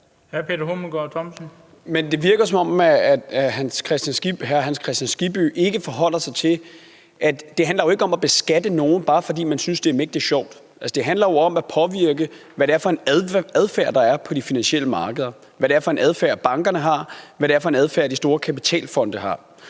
Peter Hummelgaard Thomsen (S): Men det virker, som om hr. Hans Kristian Skibby ikke forholder sig til, at det ikke handler om at beskatte nogen, bare fordi man synes, det er mægtig sjovt. Altså, det handler om at påvirke den adfærd, der er på de finansielle markeder; den adfærd, bankerne har; den adfærd, de store kapitalfonde har.